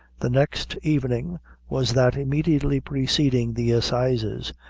the next evening was that immediately preceding the assizes,